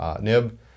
nib